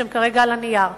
שהם כרגע על הנייר?